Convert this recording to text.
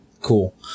cool